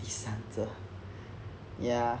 第三者 ya